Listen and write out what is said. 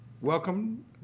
welcome